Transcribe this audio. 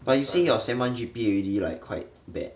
but you say your sem one G_P_A already like quite bad